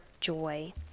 joy